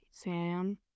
Sam